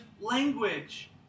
language